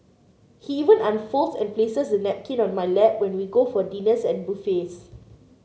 he even unfolds and places the napkin on my lap when we go for dinners and buffets